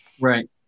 Right